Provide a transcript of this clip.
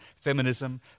feminism